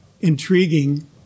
intriguing